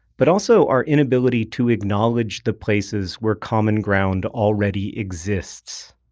but also our inability to acknowledge the places where common ground already exists.